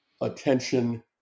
attention